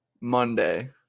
Monday